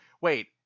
wait